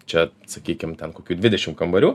čia sakykim ten kokių dvidešim kambarių